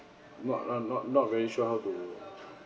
not not not not very sure how to